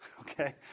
okay